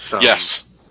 Yes